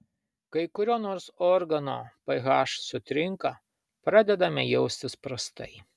kai kurio nors organo ph sutrinka pradedame jaustis prastai